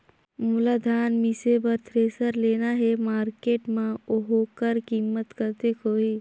मोला धान मिसे बर थ्रेसर लेना हे मार्केट मां होकर कीमत कतेक होही?